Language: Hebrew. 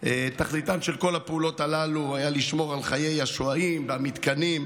תכליתן של כל הפעולות הללו הייתה לשמור על חיי השוהים במתקנים,